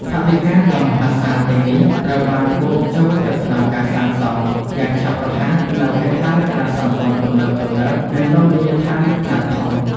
ថវិកាដ៏មហាសាលទាំងនេះត្រូវបាន បុកចូលទៅក្នុងការសាងសង់ យ៉ាងឆាប់រហ័សនូវ ហេដ្ឋារចនាសម្ព័ន្ធទំនើបៗ និងរមណីយដ្ឋានខ្នាតធំ។